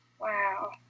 Wow